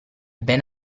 ben